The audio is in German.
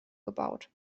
gebaut